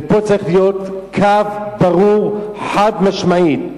ופה צריך להיות קו ברור, חד-משמעי.